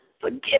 forgive